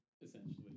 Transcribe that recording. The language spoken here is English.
essentially